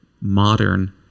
modern